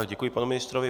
Děkuji panu ministrovi.